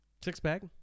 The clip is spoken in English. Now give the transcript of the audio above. Six-pack